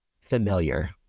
Familiar